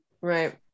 right